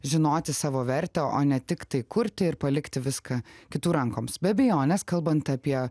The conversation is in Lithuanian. žinoti savo vertę o ne tiktai kurti ir palikti viską kitų rankoms be abejonės kalbant apie